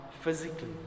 physically